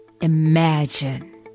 imagine